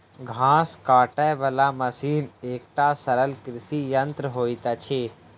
घास काटय बला मशीन एकटा सरल कृषि यंत्र होइत अछि